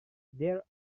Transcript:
there